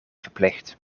verplicht